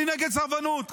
אני נגד סרבנות.